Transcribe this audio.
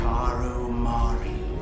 Karumari